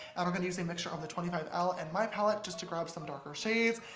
and i'm gonna use a mixture of the twenty five l and my palette just to grab some darker shades.